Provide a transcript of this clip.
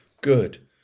Good